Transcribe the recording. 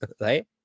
right